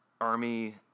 Army